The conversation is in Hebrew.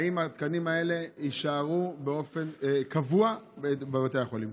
האם התקנים האלה יישארו באופן קבוע בבתי החולים?